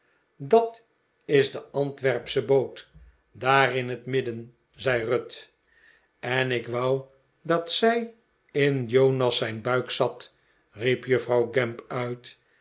dat is de antwerpsche boot daar in het midden zei ruth en ik wou dat zij in jonas zijn buik zat riep juffrouw gamp uit